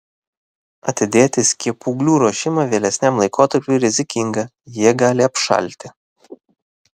atidėti skiepūglių ruošimą vėlesniam laikotarpiui rizikinga jie gali apšalti